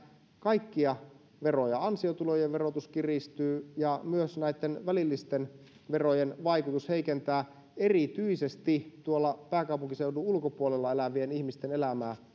kaikkia veroja ansiotulojen verotus kiristyy ja myös välillisten verojen vaikutus heikentää erityisesti pääkaupunkiseudun ulkopuolella elävien ihmisten elämää